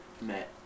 Met